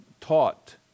taught